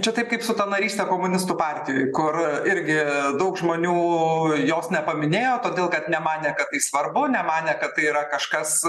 čia taip kaip su ta naryste komunistų partijoj kur irgi daug žmonių jos nepaminėjo todėl kad nemanė kad tai svarbu nemanė kad tai yra kažkas